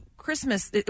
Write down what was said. christmas